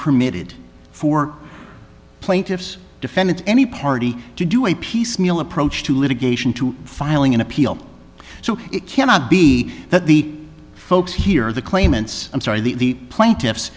permitted for plaintiffs defendants any party to do a piecemeal approach to litigation to filing an appeal so it cannot be that the folks here the claimants i'm sorry the plaintiffs